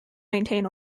maintain